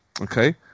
okay